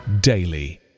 daily